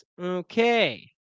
Okay